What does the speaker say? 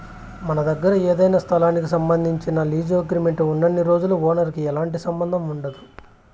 మన దగ్గర ఏదైనా స్థలానికి సంబంధించి లీజు అగ్రిమెంట్ ఉన్నన్ని రోజులు ఓనర్ కి ఎలాంటి సంబంధం ఉండదు